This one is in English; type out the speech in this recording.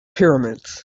pyramids